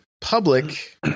public